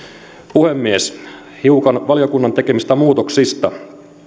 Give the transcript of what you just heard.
puhemies hiukan valiokunnan tekemistä muutoksista